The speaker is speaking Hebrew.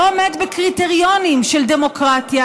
לא עומד בקריטריונים של דמוקרטיה,